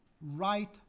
right